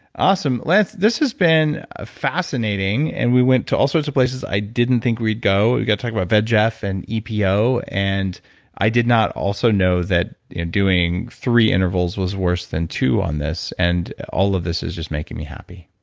awesome. lance, this has been a fascinating, and we went to all sorts of places. i didn't think we'd go. we've got to talk about vet jeff and epo, and i did not also know that doing three intervals was worse than two on this, and all of this is just making me happy.